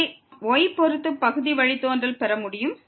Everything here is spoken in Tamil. அதே நாம் y பொறுத்து பகுதி வழித்தோன்றல் பெற முடியும்